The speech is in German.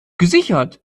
gesichert